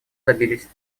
добились